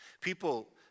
People